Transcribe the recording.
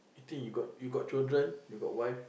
think you got you got children you got wife